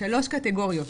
שלוש קטיגוריות.